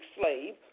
slave